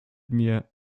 mir